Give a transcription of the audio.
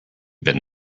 been